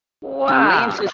wow